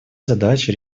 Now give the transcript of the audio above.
задача